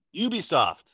Ubisoft